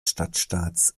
stadtstaats